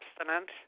abstinent